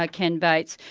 ah ken bates,